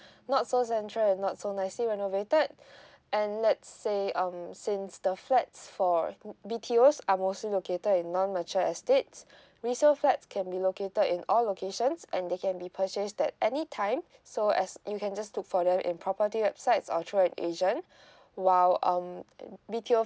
not so central and not so nicely renovated and let's say um since the flats for B_T_Os are mostly located in non mature estates resale flats can be located in all locations and they can be purchased at any time so as you can just look for them in property websites or through an agent while um a B_T_O